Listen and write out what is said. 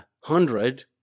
hundred